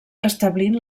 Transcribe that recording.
establint